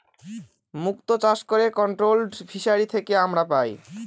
মুক্ত চাষ করে কন্ট্রোলড ফিসারী থেকে আমরা পাই